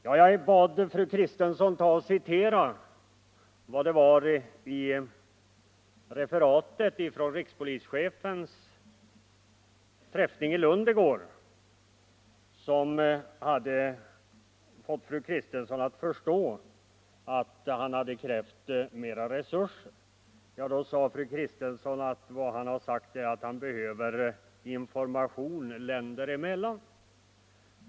Jag bad fru Kristensson citera vad det var i referatet från rikspolischefens träffning i Lund i går som hade fått fru Kristensson att förstå att han krävt mera resurser. Då sade fru Kristensson att vad rikspolischefen uttalat är att man behöver information länder emellan.